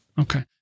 Okay